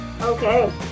Okay